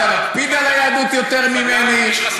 אתה מקפיד על היהדות יותר ממני?